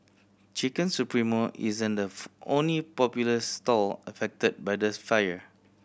Chicken Supremo isn't the only popular stall affected by this fire